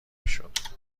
میشد